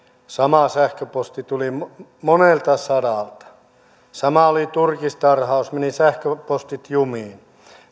sama sähköposti tuli monelta sadalta sama oli turkistarhaus meni sähköpostit jumiin